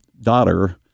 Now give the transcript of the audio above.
daughter